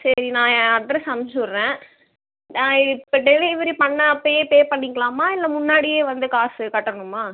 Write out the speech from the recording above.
சரி நான் என் அட்ரஸ் அனுப்ச்சிவுட்றேன் நான் இப்போ டெலிவரி பண்ண அப்போயே பே பண்ணிக்கலாமா இல்லை முன்னாடியே வந்து காசு கட்டணுமா